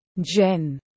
Jen